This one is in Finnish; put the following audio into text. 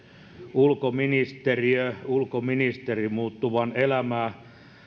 ulkoministeriö ulkoministeri muuttuvan elämää